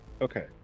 Okay